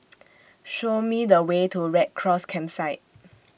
Show Me The Way to Red Cross Campsite